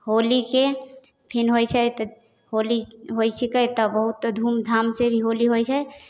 होलीके फेन होइ छै तऽ होली होइ छिकै तऽ बहुत धूमधामसँ भी होली होइ छै